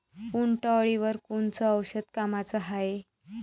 उंटअळीवर कोनचं औषध कामाचं हाये?